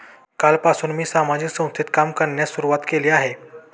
कालपासून मी सामाजिक संस्थेत काम करण्यास सुरुवात केली आहे